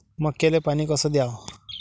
मक्याले पानी कस द्याव?